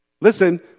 listen